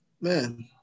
Man